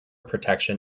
protection